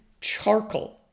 charcoal